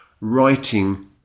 writing